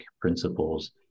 principles